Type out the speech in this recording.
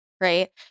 right